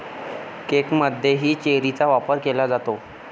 केकमध्येही चेरीचा वापर केला जातो